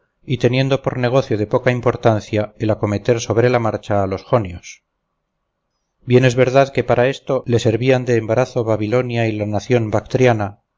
y teniendo por negocio de poca importancia el acometer sobre la marcha a los jonios bien es verdad que para esto le servían de embarazo babilonia y la nación bactriana